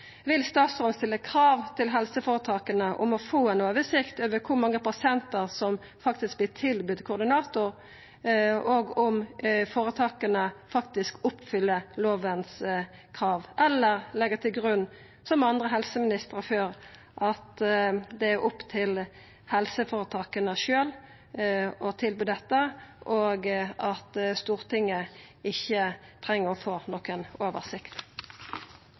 Vil statsråden stilla krav til helseføretaka om å få ein oversikt over kor mange pasientar som faktisk vert tilbydde koordinator, og om føretaka faktisk oppfyller lovkrava, eller legg han til grunn – som andre helseministrar før – at det er opp til helseføretaka sjølve å tilby dette, og at Stortinget ikkje treng å få nokon oversikt?